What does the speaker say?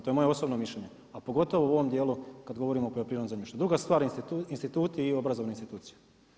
To je moje osobno mišljenje, a pogotovo u ovom djelu kad govorimo o poljoprivrednom zemljištu, druga stvar instituti i obrazovne institucije.